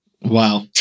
Wow